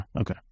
okay